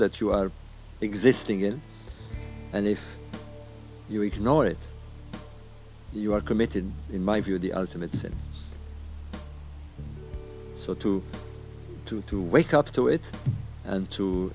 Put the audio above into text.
that you are existing in and if you ignore it you are committed in my view the ultimate sin so to to to wake up to it and to